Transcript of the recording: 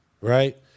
right